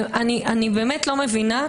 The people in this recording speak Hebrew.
אני לא מבינה.